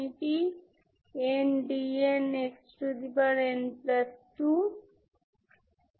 সুতরাং আপনার এই কেস এ ইগেনভ্যালুস এবং ইগেনফাংশন্স